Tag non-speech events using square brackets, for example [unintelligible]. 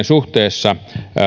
[unintelligible] suhteessa